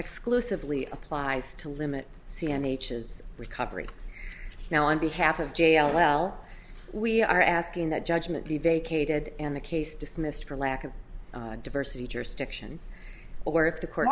exclusively applies to limit c m h is recovery now on behalf of jail well we are asking that judgment be vacated in the case dismissed for lack of diversity jurisdiction or if the court